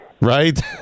Right